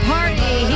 Party